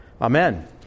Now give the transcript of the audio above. Amen